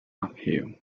uphill